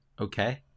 okay